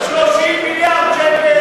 30 מיליארד שקל.